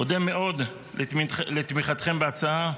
אודה מאוד לתמיכתכם בהצעה.